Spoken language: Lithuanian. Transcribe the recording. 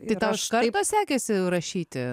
tai tau iš karto sekėsi jau rašyti